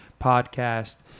podcast